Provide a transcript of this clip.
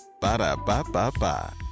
Ba-da-ba-ba-ba